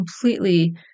completely